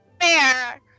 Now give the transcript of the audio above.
fair